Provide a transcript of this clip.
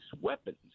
weapons